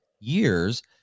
years